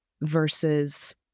versus